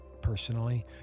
Personally